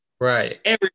Right